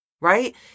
right